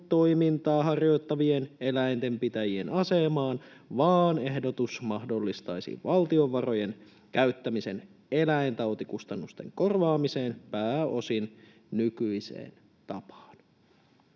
elinkeinotoimintaa harjoittavien eläintenpitäjien asemaan, vaan ehdotus mahdollistaisi valtion varojen käyttämisen eläintautikustannusten korvaamiseen pääosin nykyiseen tapaan.